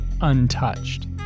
untouched